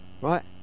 right